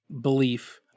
belief